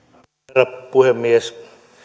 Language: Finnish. herra puhemies